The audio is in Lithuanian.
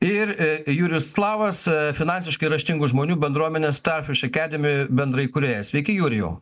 ir jurius slavas finansiškai raštingų žmonių bendruomenės starfiš akademy bendraįkūrėjas sveiki jurijau